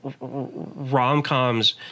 rom-coms